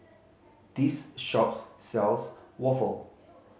this shops sells waffle